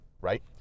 right